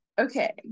Okay